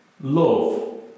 love